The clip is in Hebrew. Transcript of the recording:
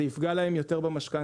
זה יפגע להם יותר במשכנתה,